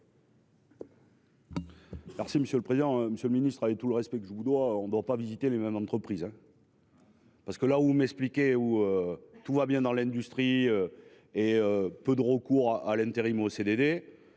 Merci monsieur le président, Monsieur le Ministre, avec tout le respect que je vous dois, on doit pas visiter les mêmes entreprises. Parce que là où m'expliquer où. Tout va bien dans l'industrie et peu de recours à l'intérim, aux CDD.